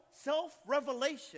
self-revelation